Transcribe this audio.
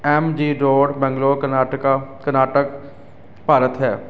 M G road Bangalore Karnataka Karnataka Bharat ਹੈ